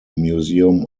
museum